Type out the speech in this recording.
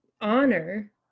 honor